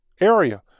area